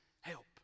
help